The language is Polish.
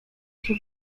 się